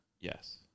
Yes